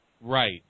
Right